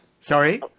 Sorry